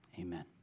amen